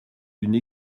d’une